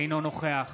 אינו נוכח